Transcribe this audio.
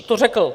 To řekl.